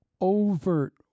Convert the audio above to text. overt